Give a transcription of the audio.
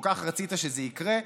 כל כך רצית שזה יקרה.